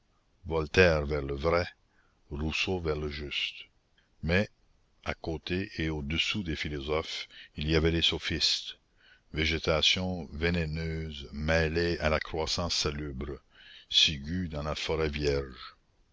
voltaire vers le vrai rousseau vers le juste mais à côté et au-dessous des philosophes il y avait les sophistes végétation vénéneuse mêlée à la croissance salubre ciguë dans la forêt vierge